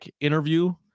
interview